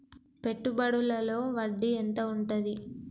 పెట్టుబడుల లో వడ్డీ ఎంత ఉంటది?